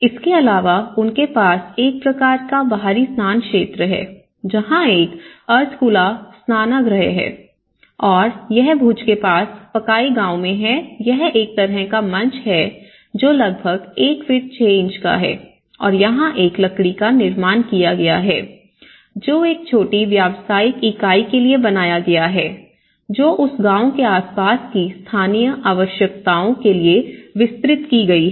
इसके अलावाउनके पास एक प्रकार का बाहरी स्नान क्षेत्र है जहां एक अर्ध खुला स्नानगृह है और यह भुज के पास पकाई गाँव में है यह एक तरह का मंच है जो लगभग 1 फुट 6 इंच का है और यहां एक लकड़ी का निर्माण किया गया है जो एक छोटी व्यावसायिक इकाई के लिए बनाया गया है जो उस गाँव के आस पास की स्थानीय आवश्यकताओं के लिए विस्तार की गई है